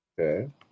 okay